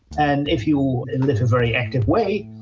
and if you know very active way,